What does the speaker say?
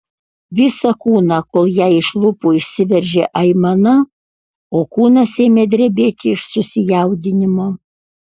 visą kūną kol jai iš lūpų išsiveržė aimana o kūnas ėmė drebėti iš susijaudinimo